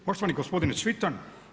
Poštovani gospodine Civtan.